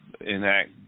enact